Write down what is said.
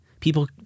People